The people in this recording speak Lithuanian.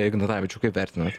ignatavičiau kaip vertinat